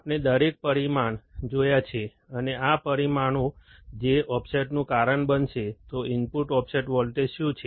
આપણે દરેક પરિમાણ જોયા છે અને આ પરિમાણો છે જે ઓફસેટનું કારણ બનશે તો ઇનપુટ ઓફસેટ વોલ્ટેજ શું છે